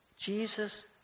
Jesus